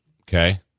Okay